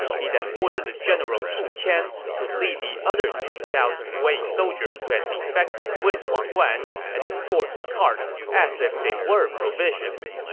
he then ordered the general fu qian to lead the other two thousand wei soldiers who defected with wang guan and escort the carts as if they were provisions.